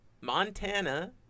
Montana